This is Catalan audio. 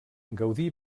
gaudí